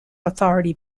authority